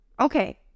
Okay